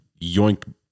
yoink